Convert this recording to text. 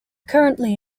currently